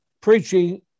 Preaching